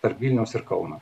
tarp vilniaus ir kauno